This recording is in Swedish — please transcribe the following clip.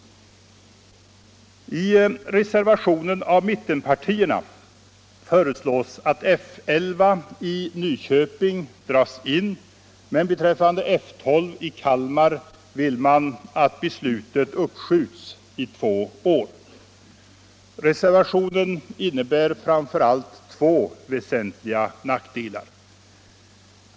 I reservationen av mittenpartierna föreslås att F 11 i Nyköping skall dras in, men beträffande F 12 i Kalmar vill man att beslutet skall uppskjutas i två år. Reservationen innebär framför allt två väsentliga nackdelar.